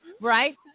right